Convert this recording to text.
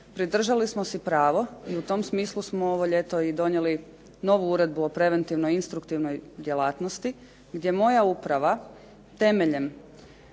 pridržali smo si pravo i u tom smislu smo ovo ljeto i donijeli novu Uredbu o preventivno-instruktivnoj djelatnosti, gdje moja uprava temeljem